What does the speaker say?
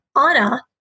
Anna